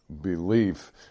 belief